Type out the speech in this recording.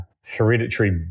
hereditary